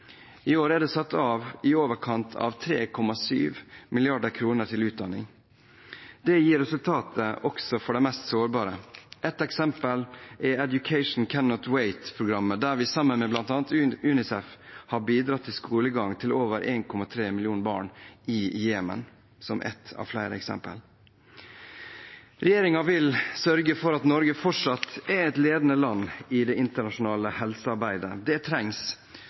I år er det satt av i overkant av 3,7 mrd. kr til utdanning. Dette gir resultater, også for de mest sårbare. Et eksempel er Education Cannot Wait-programmet, der vi sammen med bl.a. UNICEF har bidratt til skolegang til over 1,3 millioner barn i Jemen. Regjeringen vil sørge for at Norge fortsatt er et ledende land i det internasjonale helsearbeidet. Det trengs,